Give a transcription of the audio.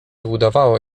udawało